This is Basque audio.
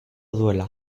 duela